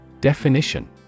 Definition